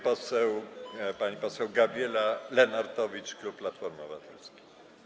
Pani poseł Gabriela Lenartowicz, klub Platformy Obywatelskiej.